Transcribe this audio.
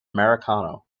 americano